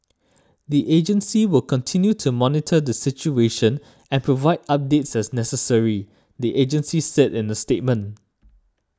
the agency will continue to monitor the situation and provide updates as necessary the agency said in a statement